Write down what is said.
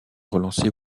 relancée